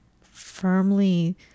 firmly